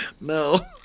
No